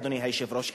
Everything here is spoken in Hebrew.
אדוני היושב-ראש,